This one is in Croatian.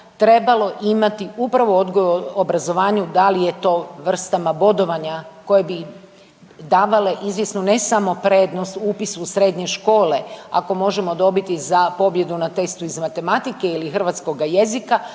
trebalo imati upravo u odgoju i obrazovanju. Da li je to vrstama bodovanja koje bi davale izvjesnu ne samo prednost upisu u srednje škole, ako možemo dobiti za pobjedu na testu iz matematike ili hrvatskoga jezika,